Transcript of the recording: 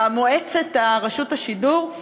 מועצת רשות השידור,